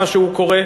מה שהוא קורא,